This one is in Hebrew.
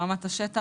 ברמת השטח,